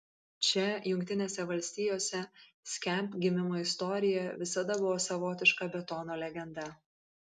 čia jungtinėse valstijose skamp gimimo istorija visada buvo savotiška betono legenda